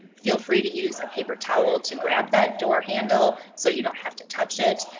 feel free to use a paper towel to grab that door handle so you don't have to touch it.